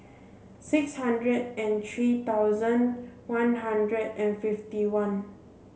six hundred and three thousand one hundred and fifty one